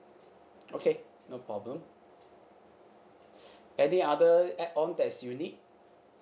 okay no problem any other add on that's unique